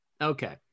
Okay